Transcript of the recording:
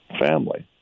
family